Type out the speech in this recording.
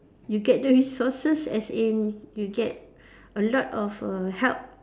you get the resources as in you get a lot of err help